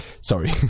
Sorry